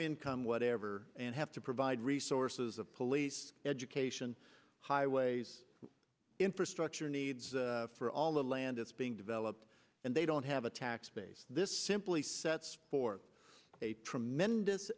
income whatever and have to provide resources of police education highways infrastructure needs for all the land that's being developed and they don't have a tax base this simply sets forth a tremendous